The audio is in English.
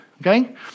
okay